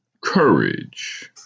Courage